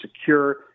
secure